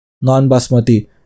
non-basmati